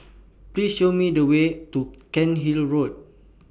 Please Show Me The Way to Cairnhill Road